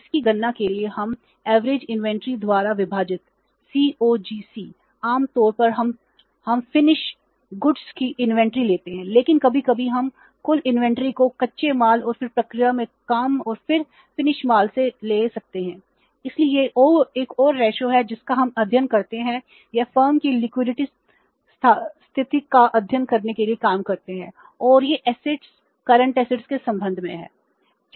इसलिए हम इसे इन्वेंट्री टर्नओवर अनुपात इन्वेंट्री टर्नओवर रेशों के संबंध में है